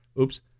oops